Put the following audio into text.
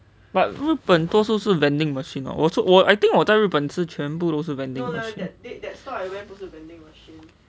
but 日本多数是 vending machine what 我吃 I think 我在日本吃全部都是